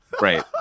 Right